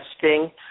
testing